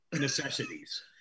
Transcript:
necessities